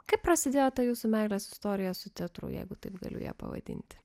kaip prasidėjo ta jūsų meilės istorija su teatru jeigu taip galiu ją pavadinti